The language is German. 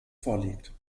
vorliegt